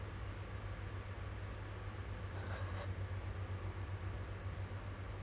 it's just simple steps you know but then they expect you to have like oh five years experience in you know